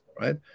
right